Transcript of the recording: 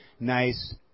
nice